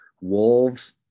wolves